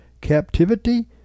captivity